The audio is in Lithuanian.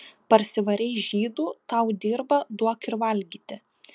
parsivarei žydų tau dirba duok ir valgyti